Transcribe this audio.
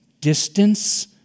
Distance